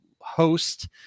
host